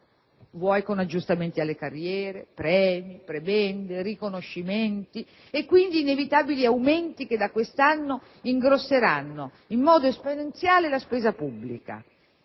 vuoi con aggiustamenti alle carriere, premi, prebende, riconoscimenti e quindi inevitabili aumenti che da quest'anno ingrosseranno in modo esponenziale la spesa pubblica.